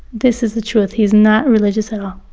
this is the truth. he is not religious at all.